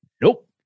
Nope